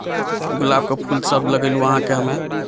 गुलाबके फुल सभ लगेलहुँ अहाँकेँ हमे